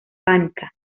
hispánica